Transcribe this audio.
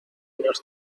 nos